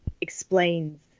explains